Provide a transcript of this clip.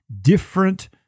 different